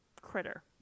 critter